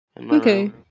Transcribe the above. Okay